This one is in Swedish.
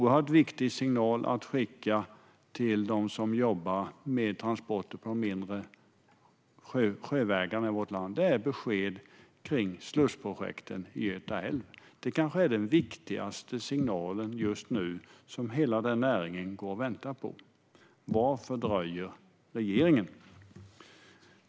En viktig signal att skicka till dem som jobbar med transporter på våra mindre sjövägar är ett besked om slussprojekten i Göta älv. Det är kanske den viktigaste signalen just nu, som hela näringen går och väntar på. Varför dröjer regeringen?